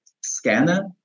scanner